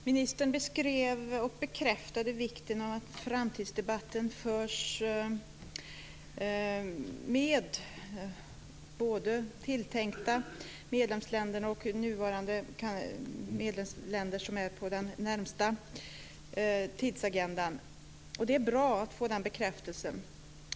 Fru talman! Ministern bekräftade vikten av att framtidsdebatten förs både med de tilltänkta medlemsländerna och med de nuvarande. Det är bra att få den bekräftelsen.